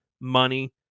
money